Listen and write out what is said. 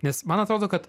nes man atrodo kad